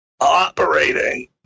operating